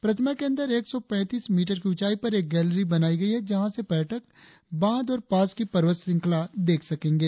प्रतिमा के अंदर एक सौ पैतीस मीटर की ऊंचाई पर एक गैलरी बनाई गई है जहां से पर्यटक बांध और पास की पर्वत श्रृंखला देख सकेंगे